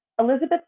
Elizabeth